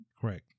Correct